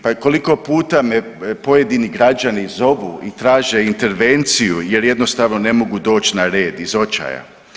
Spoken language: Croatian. Pa koliko puta me pojedini građani zovu i traže intervenciju, jer jednostavno ne mogu doći na red iz očaja.